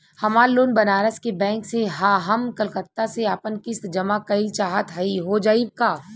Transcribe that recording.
हमार लोन बनारस के बैंक से ह हम कलकत्ता से आपन किस्त जमा कइल चाहत हई हो जाई का?